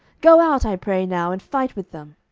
go out, i pray now, and fight with them.